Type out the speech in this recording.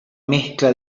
mezcla